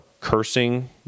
cursing